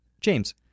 James